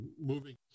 moving